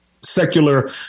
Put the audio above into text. secular